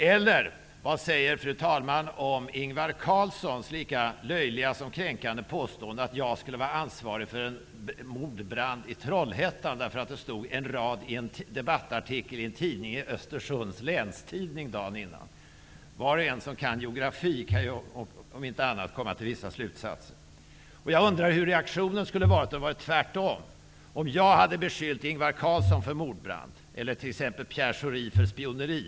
Eller vad säger fru talmannen om Ingvar Carlssons lika löjliga som kränkande påstående att jag skulle vara ansvarig för en mordbrand i Trollhättan därför att det stod en rad i en debattartikel i Länstidningen Östersund dagen innan? Var och en som kan sin geografi kan komma till vissa slutsatser. Jag undrar hur reaktionen skulle ha varit om det hade varit tvärtom, dvs. om jag hade beskyllt Ingvar Carlsson för mordbrand eller Pierre Schori för spioneri.